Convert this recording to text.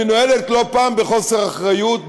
והיא מנוהלת לא פעם בחוסר אחריות,